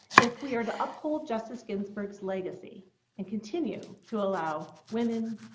if we are to uphold justice ginsburg's legacy and continue to allow women,